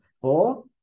four